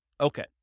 Okay